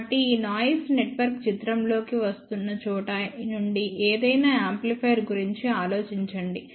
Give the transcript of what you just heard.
కాబట్టి ఈ noisy network చిత్రంలోకి వస్తున్న చోట నుండి ఏదైనా యాంప్లిఫైయర్ గురించి ఆలోచించండి